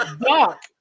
Doc